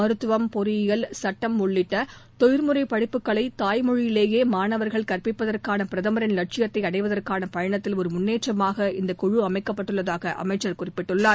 மருத்துவம் பொறியியல் சட்டம் உள்ளிட்ட தொழிற்முறை படிப்புகளை தாய்மொழியிலேயே மாணவர்கள் கற்பதற்கான பிரதமின் லட்சியத்தை அடைவதற்கான பயனத்தில் ஒரு முன்னேற்றமாக இந்த குழு அமைக்கப்பட்டுள்ளதாக அமைச்சர் குறிப்பிட்டுள்ளார்